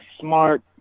smart